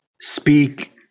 speak